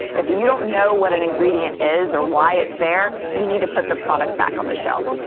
if you you don't know what an ingredient is or why it's there, you need to put the product back on the shelf.